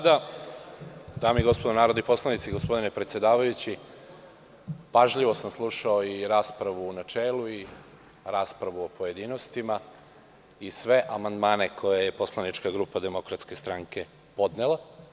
Dame i gospodo narodni poslanici, gospodine predsedavajući, pažljivo sam slušao i raspravu u načelu i raspravu u pojedinostima i sve amandmane koje je poslanička grupa DS podnela.